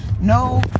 no